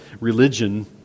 religion